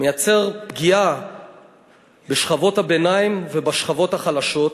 מייצר פגיעה בשכבות הביניים ובשכבות החלשות,